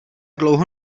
dlouho